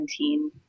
2017